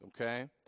okay